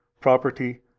property